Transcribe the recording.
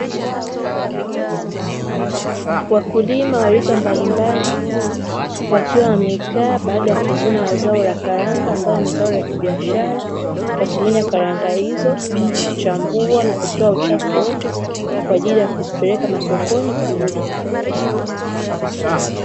Wakulima wa rika mbalimbali wakiwa wamekaa baada ya kuvuna zao la karanga ambalo ni zao la kibiashara, wakimenya karanga hizo na kuzichambua na kutoa uchafu wote, kwa ajili ya kuzipeleka masokoni kuuzwa.